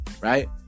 right